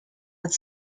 with